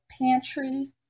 Pantry